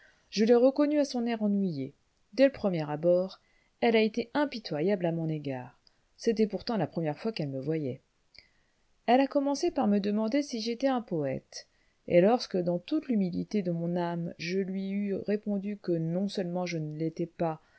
je l'ai reconnue à son air ennuyé dès le premier abord elle a été impitoyable à mon égard c'était pourtant la première fois qu'elle me voyait elle a commencé par me demander si j'étais un poëte et lorsque dans toute l'humilité de mon âme je lui eus répondu que non-seulement je ne l'étais pas